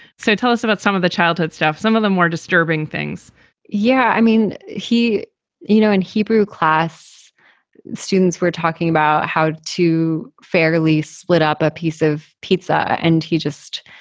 so tell us about some of the childhood stuff, some of the more disturbing things yeah, i mean, he you know, in hebrew class students, we're talking about how to fairly split up a piece of pizza and he just,